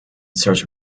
search